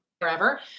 forever